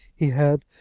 he had,